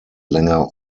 länger